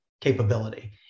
capability